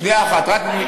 שנייה אחת,